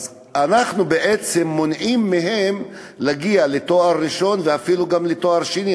אנחנו בעצם מונעים מהם להגיע לתואר ראשון וודאי לתואר שני.